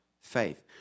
faith